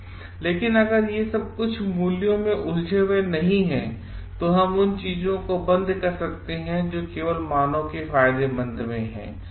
लेकिन अगर ये कुछ मूल्यों में उलझे हुए नहीं हैं तो हम उन चीजों को करना बंद कर सकते हैं जो केवल मानव के लिए फायदेमंद हैं